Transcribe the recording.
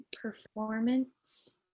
performance